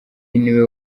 niwe